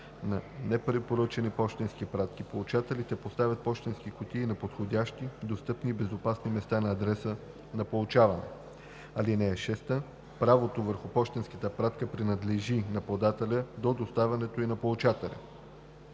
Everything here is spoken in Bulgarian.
на непрепоръчани пощенски пратки получателите поставят пощенски кутии на подходящи, достъпни и безопасни места на адреса на получаване. (6) Правото върху пощенската пратка принадлежи на подателя до доставянето ѝ на получателя.“